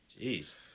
Jeez